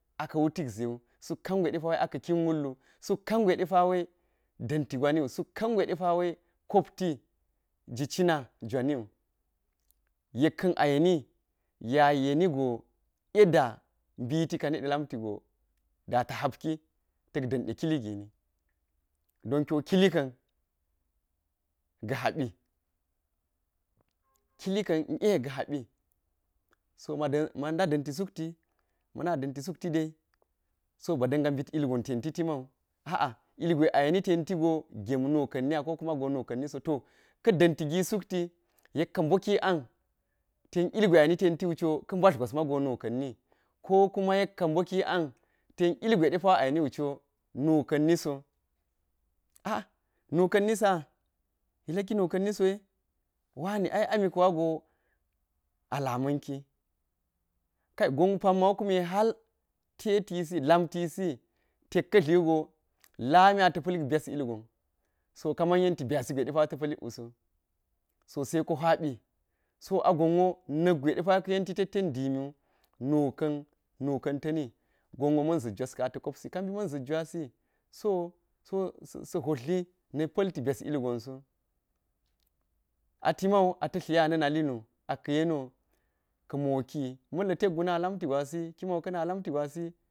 Aka wudikzewu suk tangwai aka̱ kin klullu, suk ka̱ngusai ɗepa̱ wai ɗanti gwani wu, suk kangwai ɗepa̱wa kopti ji jina niwu yekka̱n a yeni ye yenigo aɗa biti ɗe lamtigo da̱ta̱ harki ta̱k ɗanɗe kiligini, don kiwo kilikan ga ha̱pi, kili ka̱n i a ga̱ ha̱pi. So ma̱da̱ ɗanti sukti ma̱na ɗanti suktide so ba̱ danga bit ilgon tenti timaa̱u a'a ilgwai a yeni tentigo gemnuka̱n niya̱ kokuma̱ nuka̱n niso ka̱ da̱ntigi sukti yekka̱ boki an ten ilgwai a yeni tentiu cho ka̱ mba̱r gwa̱s ma̱go nuka̱nni ku kuma̱ yekka̱ boki an ten ilgwai ɗepa̱ wai pa̱ a yeniwocho nuka̱n niso a'a, nuka̱n nisa̱. Yeklakiɗe nkan nisa̱ wani ai amika̱wa̱go alamanki. Kai gonwo kume tetisi, la̱mtisi tekka tliwugo lami ata̱ palak byas ilgon so ka̱ma̱n yenti byasiside ta pa̱likwuso sai ko huipi, so a gonwo na̱kgwai ɗepa̱ wa ḵayenti tetten di miwu, nukan ta̱ni gonwo ma̱n za̱t jwaskan ata̱ ata̱ kopsi, ka̱bi ma̱n za̱t jwasi so so sa sahottliyi na pa̱lti bya̱si ilgonso atimau ata̱ tliya na̱ nalu nu aka̱ yeniwu ka̱ moki ma̱lla̱ tekguna lamti gwasi lamti gwasi.